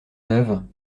neuve